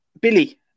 Billy